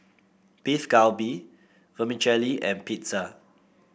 Beef Galbi Vermicelli and Pizza